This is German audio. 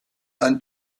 ein